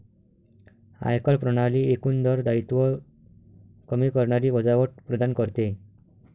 आयकर प्रणाली एकूण कर दायित्व कमी करणारी वजावट प्रदान करते